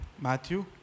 Matthew